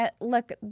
look –